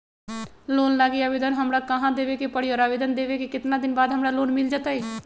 Loan लागी आवेदन हमरा कहां देवे के पड़ी और आवेदन देवे के केतना दिन बाद हमरा लोन मिल जतई?